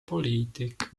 poliitik